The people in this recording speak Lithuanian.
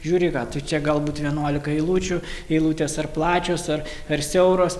žiūri ką tu čia galbūt vienuolika eilučių eilutės ar plačios ar per siauros